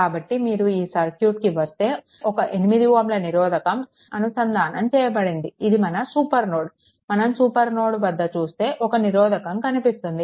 కాబట్టి మీరు ఈ సర్క్యూట్ కి వస్తే ఒక 8 Ωల నిరోధకం అనుసంధానం చేయబడింది ఇది మన సూపర్ నోడ్ మనం సూపర్ నోడ్ వద్ద చూస్తే ఒక నిరోధకం కనిపిస్తుంది